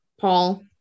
Paul